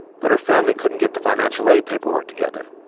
but her family couldn't get the financial-aid paperwork together.